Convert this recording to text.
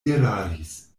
eraris